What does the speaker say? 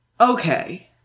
Okay